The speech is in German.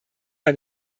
bei